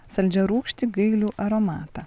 saldžiarūgštį gailių aromatą